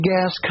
Gas